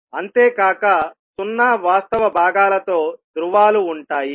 అంతేకాక సున్నా వాస్తవ భాగాలతో ధ్రువాలు ఉంటాయి